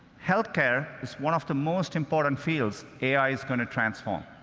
healthcare is one of the most important fields ai is going to transform.